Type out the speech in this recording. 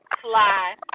fly